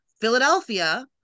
Philadelphia